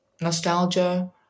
nostalgia